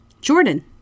Jordan